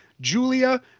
Julia